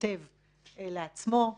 היטב לעצמו.